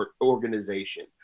organization